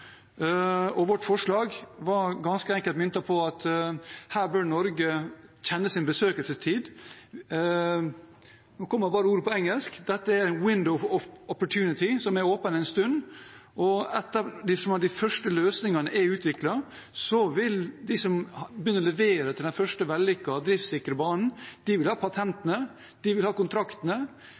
gjort. Vårt forslag var ganske enkelt myntet på at Norge her bør kjenne sin besøkelsestid. Nå kommer det bare til meg på engelsk, men dette er en «window opportunity», som er åpen en stund. Etter at de første løsningene er utviklet, vil de som begynner å levere til den første vellykkede, driftssikre banen, ha patentene. De vil ha kontraktene,